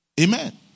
Amen